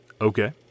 Okay